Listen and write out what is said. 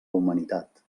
humanitat